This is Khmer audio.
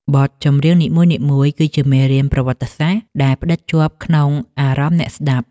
បទចម្រៀងនីមួយៗគឺជាមេរៀនប្រវត្តិសាស្ត្រដែលផ្ដិតជាប់ក្នុងអារម្មណ៍អ្នកស្ដាប់។